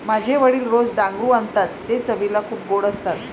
माझे वडील रोज डांगरू आणतात ते चवीला खूप गोड असतात